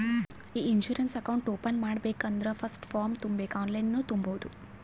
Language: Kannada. ಇ ಇನ್ಸೂರೆನ್ಸ್ ಅಕೌಂಟ್ ಓಪನ್ ಮಾಡ್ಬೇಕ ಅಂದುರ್ ಫಸ್ಟ್ ಫಾರ್ಮ್ ತುಂಬಬೇಕ್ ಆನ್ಲೈನನ್ನು ತುಂಬೋದು